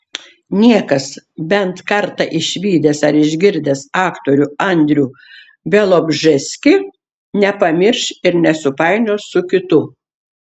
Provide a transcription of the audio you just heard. niekas bent kartą išvydęs ar išgirdęs aktorių andrių bialobžeskį nepamirš ir nesupainios su kitu